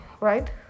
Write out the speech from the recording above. right